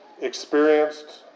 experienced